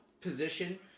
position